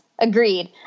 Agreed